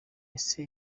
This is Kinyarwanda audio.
ese